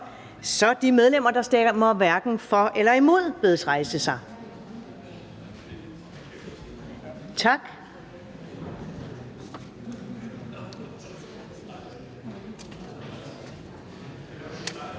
De medlemmer, der stemmer hverken for eller imod, bedes rejse sig. Tak.